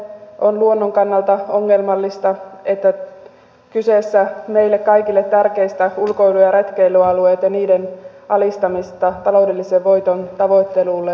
on luonnon kannalta ongelmallista että kyse on meille kaikille tärkeistä ulkoilu ja retkeilyalueista ja niiden alistamisesta taloudellisen voiton tavoittelulle